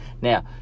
Now